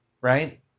Right